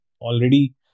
already